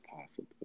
possible